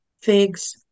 figs